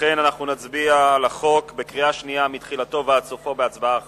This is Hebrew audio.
לכן אנחנו נצביע על החוק בקריאה שנייה מתחילתו ועד סופו בהצבעה אחת.